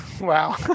wow